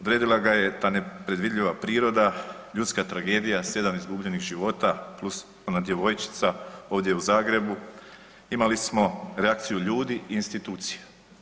Odredila ga je ta nepredvidljiva priroda, ljudska tragedija, 7 izgubljenih života + ona djevojčica ovdje u Zagrebu, imali smo reakciju ljudi i institucija.